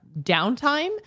downtime